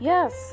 Yes